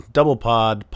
DoublePod